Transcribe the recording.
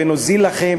ונוזיל לכם,